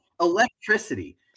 Electricity